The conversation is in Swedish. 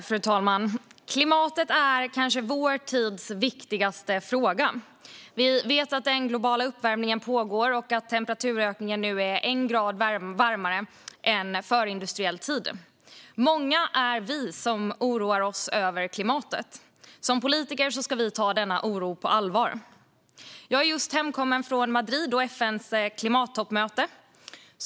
Fru talman! Klimatet är vår tids kanske viktigaste fråga. Vi vet att den globala uppvärmningen pågår och att temperaturökningen innebär att det nu är en grad varmare än under förindustriell tid. Många är vi som oroar oss över klimatet. Som politiker ska vi ta denna oro på allvar. Jag är just hemkommen från Madrid och FN:s klimattoppmöte.